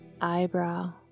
eyebrow